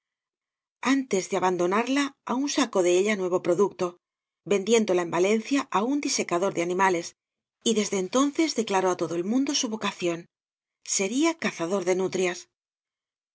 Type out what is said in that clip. antes de abandonarla aüq sacó de ella nuevo producto vendiéndola en valencia á un disecador de animales y desde entonces declaró á todo el mundo bu vocación seria cazador de nutrias